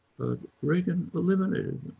reagan eliminated